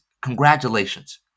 congratulations